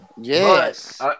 Yes